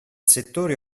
settore